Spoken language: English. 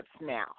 now